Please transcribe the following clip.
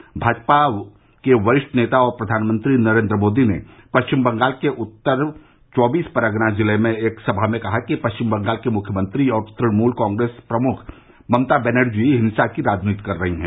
वरिष्ठ भाजपा नेता और प्रधानमंत्री नरेंद्र मोदी ने पश्चिम बंगाल के उत्तर चौबीस परगना जिले में एक सभा में कहा कि पश्चिम बंगाल की मुख्यमंत्री और तृणमूल कांग्रेस प्रमुख ममता बनर्जी हिंसा की राजनीति कर रही हैं